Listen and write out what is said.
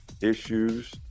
issues